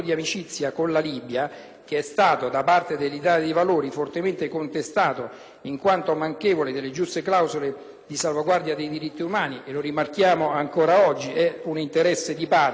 in quanto manchevole delle giuste clausole di salvaguardia dei diritti umani. Lo rimarchiamo ancora oggi, perché è un interesse di parte, per quanto riguarda l'Italia dei Valori, e lo vogliamo dire forte